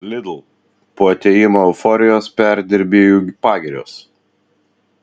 lidl po atėjimo euforijos perdirbėjų pagirios